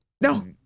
no